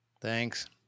Thanks